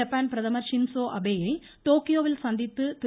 Japan பிரதமா் Shinzo Abe யை டோக்கியோவில் சந்தித்து திரு